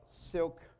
silk